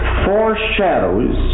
foreshadows